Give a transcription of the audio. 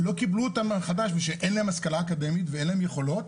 לא קיבלו אותם מחדש מפני שאין להם השכלה אקדמית ואין להם יכולות,